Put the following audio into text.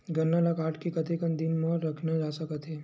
गन्ना ल काट के कतेक दिन तक रखे जा सकथे?